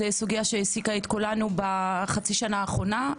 זו סוגיה שהעסיקה את כולנו בחצי השנה האחרונה,